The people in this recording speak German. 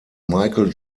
michael